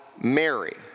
Mary